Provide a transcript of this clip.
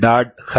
hedge mbed